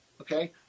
okay